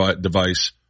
device